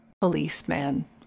policeman